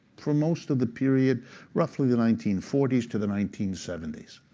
for most of the period roughly the nineteen forty s to the nineteen seventy s.